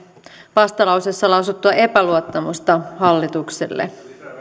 vastalauseessa lausuttua epäluottamusta hallitukselle